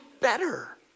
Better